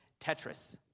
Tetris